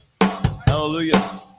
Hallelujah